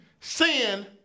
Sin